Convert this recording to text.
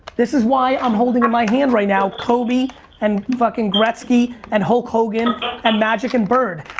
this is why i'm holding in my hand right now kobe and fucking gretzky and hulk hogan and magic and bird.